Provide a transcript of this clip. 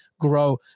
grow